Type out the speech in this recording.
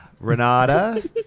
Renata